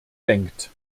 denkt